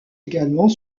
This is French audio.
également